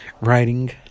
Writing